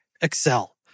Excel